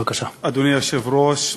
אדוני היושב-ראש,